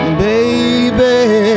baby